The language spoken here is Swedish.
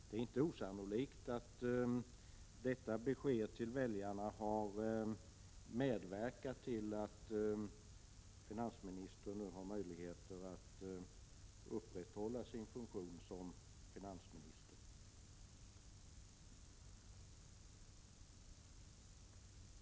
Det är inte osannolikt att det beskedet till väljarna har medverkat till att finansministern nu har möjligheter att upprätthålla sin funktion som finansminister.